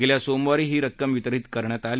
गेल्या सोमवारी ही रक्कम वितरित करण्यात आली